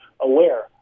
aware